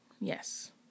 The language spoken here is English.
yes